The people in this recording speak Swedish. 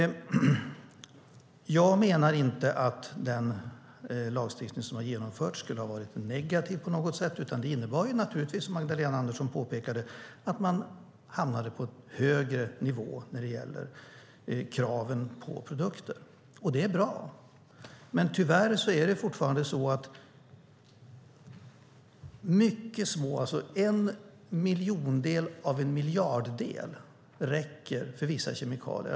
Jag menar inte att den lagstiftning som har genomförts skulle vara negativ på något sätt. Det innebar naturligtvis, som Magdalena Andersson påpekade, att man hamnade på en högre nivå när det gäller kraven på produkter. Och det är bra. Men tyvärr är det fortfarande så att mycket små mängder - en miljondel av en miljarddel - räcker för vissa kemikalier.